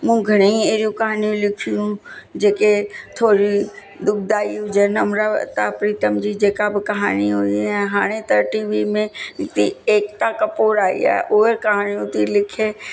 मूं घणेई अहिड़ियूं कहाणियूं लिखियूं जेके थोरियूं दुखदाई हुजनि अमृता प्रीतम जी जेका बि कहानी हुजे ऐं हाणे त टी वी में थी एकता कपूर आई आहे उहे कहाणियूं थी लिखे